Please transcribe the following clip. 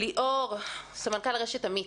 ליאור, סמנכ"ל רשת אמי"ת,